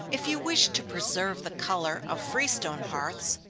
if you wish to preserve the color of free-stone hearths,